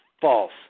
false